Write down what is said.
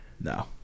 No